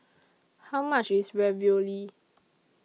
How much IS Ravioli